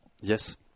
Yes